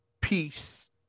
peace